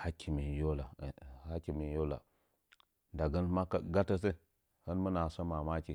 hakmin yola nda gən gatə hɨnɨm sə mamaki.